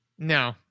No